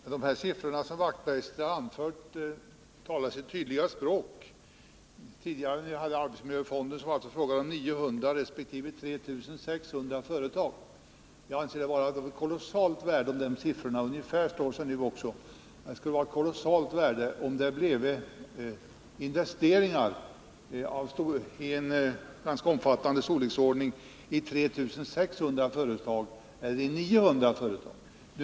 Fru talman! De siffror som Knut Wachtmeister har anfört talar sitt tydliga språk. Tidigare, när vi hade arbetsmiljöfonden, var det fråga om 3 600 företag jämfört med 900. Jag anser det vara av kolossalt värde, om de siffrorna ungefär står sig nu också, dvs. att man får med fyra gånger så många företag. Det har mycket stor betydelse om det blir investeringar av en ganska omfattande storlek i 3 600 företag eller i 900 företag.